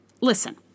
Listen